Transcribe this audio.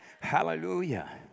Hallelujah